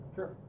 Sure